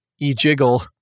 E-Jiggle